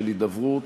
של הידברות,